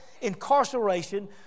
incarceration